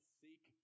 seek